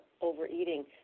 overeating